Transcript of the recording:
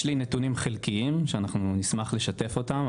יש לי נתונים חלקיים שאנחנו נשמח לשתף אותם,